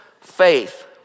faith